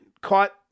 caught